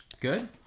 Good